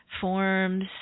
forms